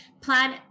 plan